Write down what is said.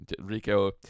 RICO